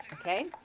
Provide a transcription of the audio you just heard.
Okay